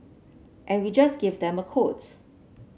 and we just gave them a quote